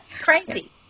crazy